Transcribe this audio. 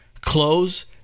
close